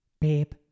babe